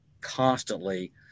constantly